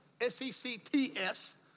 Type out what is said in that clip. S-E-C-T-S